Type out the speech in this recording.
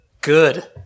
Good